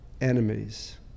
enemies